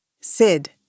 Sid